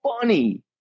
funny